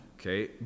okay